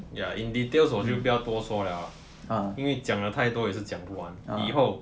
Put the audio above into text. ya in details 我就不要多说 liao 因为讲了太多也是讲不完以后